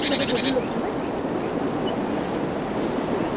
ঠিক আছে গধূলি লগ পাম দেই অ